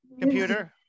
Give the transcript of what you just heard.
Computer